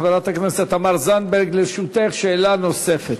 חברת הכנסת תמר זנדברג, לרשותך שאלה נוספת.